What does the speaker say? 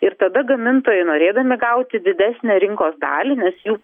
ir tada gamintojai norėdami gauti didesnę rinkos dalį nes jų